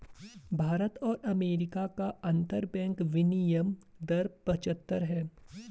भारत और अमेरिका का अंतरबैंक विनियम दर पचहत्तर है